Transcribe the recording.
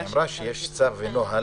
היא אמרה שיש צו ונוהל.